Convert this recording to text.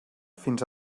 fins